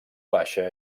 baixa